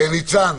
ניצן,